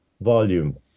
volume